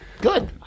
good